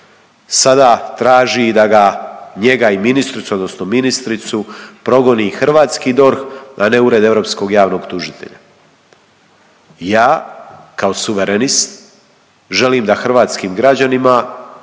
sada traži da ga njega i ministricu, progoni hrvatski DORH, a ne Ured europskog javnog tužitelja. Ja kao suverenist želim da hrvatskim građanima,